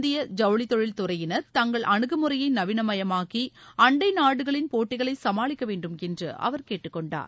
இந்தய ஜவுளித்தொழில் துறையினர் தங்கள் அனுகுமுறையை நவீனமயமாக்கி அண்டை நாடுகளின் போட்டிகளை சமாளிக்க வேண்டும் என்று அவர் கேட்டுக்கொண்டார்